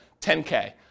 10K